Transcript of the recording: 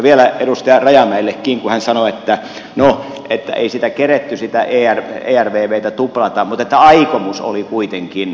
vielä edustaja rajamäellekin kun hän sanoi että no että ei sitä keretty sitä ervvtä tuplata mutta että aikomus oli kuitenkin